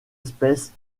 espèces